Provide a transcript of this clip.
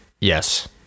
yes